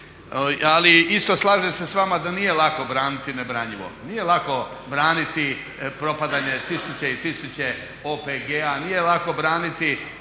Ali isto slažem se s vama da nije lako braniti nebranjivo, nije lako braniti propadanje tisuće i tisuće OPG-a, nije lako braniti